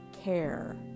care